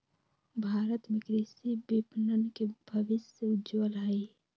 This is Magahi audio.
भारत में कृषि विपणन के भविष्य उज्ज्वल हई